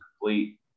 complete